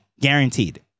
Guaranteed